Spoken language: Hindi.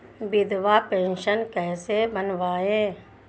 विधवा पेंशन कैसे बनवायें?